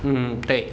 嗯对